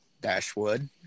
Dashwood